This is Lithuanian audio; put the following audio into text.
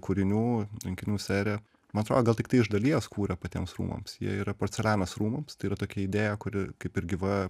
kūrinių rinkinių seriją man atrodo gal tiktai iš dalies kūrė patiems rūmams jie yra porcelianas rūmams tai yra tokia idėja kuri kaip ir gyva